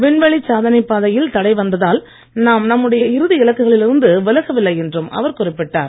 விண்வெளி சாதனைப் பாதையில் தடை வந்ததால் நாம் நம்முடைய இறுதி இலக்குகளில் இருந்து விலகவில்லை என்றும் அவர் குறிப்பிட்டார்